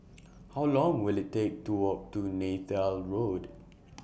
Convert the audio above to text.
How Long Will IT Take to Walk to Neythal Road